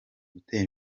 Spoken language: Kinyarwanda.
gutera